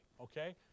Okay